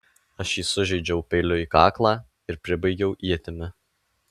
aš jį sužeidžiau peiliu į kaklą ir pribaigiau ietimi